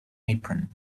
apron